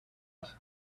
with